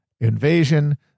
invasion